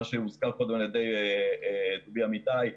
מה שהוזכר קודם על ידי דובי אמיתי,